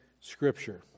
Scripture